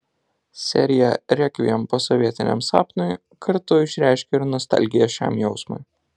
serija rekviem posovietiniam sapnui kartu išreiškia ir nostalgiją šiam jausmui